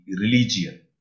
religion